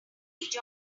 joined